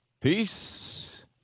peace